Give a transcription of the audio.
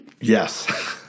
Yes